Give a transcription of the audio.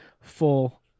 full